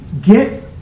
get